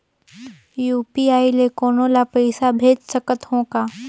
UPI ले कोनो ला पइसा भेज सकत हों का?